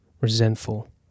resentful